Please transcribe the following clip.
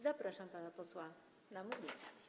Zapraszam pana posła na mównicę.